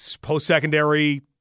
post-secondary